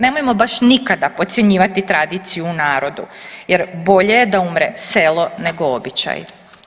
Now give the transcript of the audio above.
Nemojmo baš nikada podcjenjivati tradiciju u narodu, jer bolje je da umre selo nego običaji.